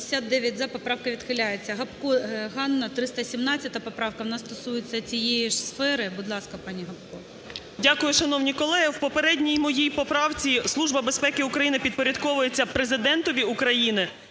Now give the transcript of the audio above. За-59 Поправка відхиляється. Гопко Ганна, 317 поправка, вона стосується цієї ж сфери. Будь ласка, пані Гопко. 10:35:53 ГОПКО Г.М. Дякую. Шановні колеги, в попередній моїй поправці Служба безпеки України підпорядковується Президентові України